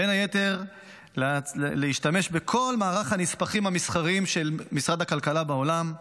בין היתר להשתמש בכל מערך הנספחים המסחריים של משרד הכלכלה בעולם.